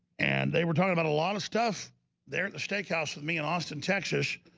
and they were talking about a lot of stuff there at the steakhouse with me in austin, texas